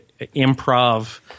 improv